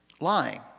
lying